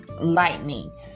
lightning